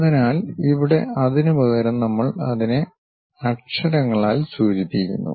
അതിനാൽ ഇവിടെ അതിനുപകരം നമ്മൾ അതിനെ അക്ഷരങ്ങളാൽ സൂചിപ്പിക്കുന്നു